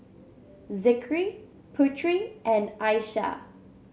Zikri Putri and Aishah